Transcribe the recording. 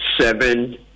seven